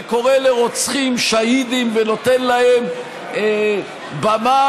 וקורא לרוצחים שהידים ונותן להם במה,